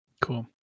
cool